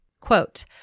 Quote